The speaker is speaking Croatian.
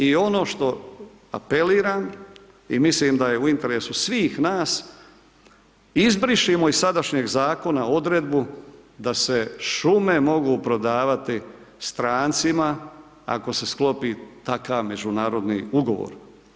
I ono što apeliram i mislim da je u interesu svih nas, izbrišimo iz sadašnjeg zakona odredbu da se šume mogu prodavati strancima ako se sklopi takav međunarodni ugovor.